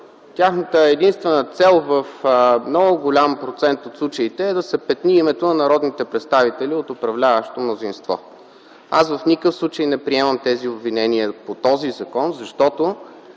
Тяхната единствена цел в много голям процент от случаите е да се петни името на народните представители от управляващото мнозинство. Аз в никакъв случай не приемам обвиненията по този закон, защото